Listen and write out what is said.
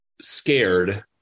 scared